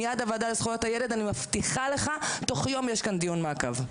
מיד הוועדה לזכויות הילד אני מבטיחה לך תוך יום יש כאן דיון מעקב.